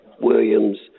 Williams